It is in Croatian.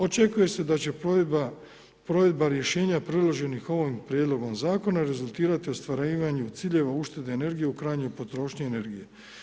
Očekuje se da će provedba rješenja predloženih ovim prijedlogom zakona rezultirati ostvarivanju ciljeva uštede energije u krajnjoj potrošnji energije.